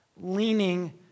leaning